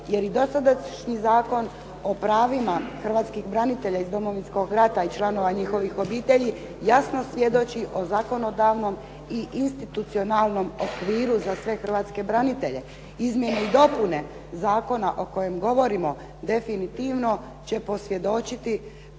jer i dosadašnji zakon o pravima hrvatskih branitelja iz Domovinskog rata i članova njihovih obitelji jasno svjedoči o zakonodavnom i institucionalnom okviru za sve hrvatske branitelje. Izmjene i dopune zakona o kojem govorimo definitivno će posvjedočiti